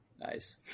Nice